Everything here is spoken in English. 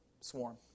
swarm